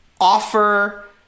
offer